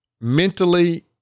mentally